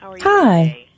Hi